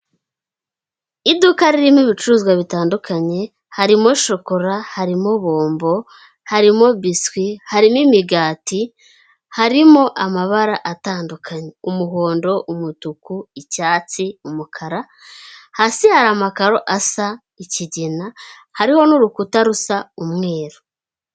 Iduka ririmo ibicuruzwa bitandukanye; harimo shokora, harimo bombo, harimo biswi, harimo imigati, harimo amabara atandukanye; umuhondo, umutuku, icyatsi, umukara, hasi hari amakaro asa ikigina, hariho n'urukuta rusa umweru.